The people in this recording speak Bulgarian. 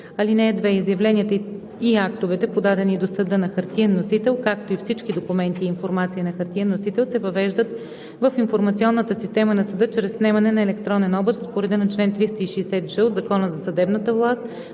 дело. (2) Изявленията и актовете, подавани до съда на хартиен носител, както и всички документи и информация на хартиен носител, се въвеждат в информационната система на съда чрез снемане на електронен образ по реда на чл. 360ж от Закона за съдебната власт